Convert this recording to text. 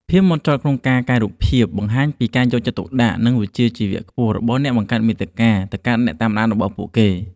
ភាពម៉ត់ចត់ក្នុងការកែរូបភាពបង្ហាញពីការយកចិត្តទុកដាក់ និងវិជ្ជាជីវៈខ្ពស់របស់អ្នកបង្កើតមាតិកាទៅកាន់អ្នកតាមដានរបស់ពួកគេ។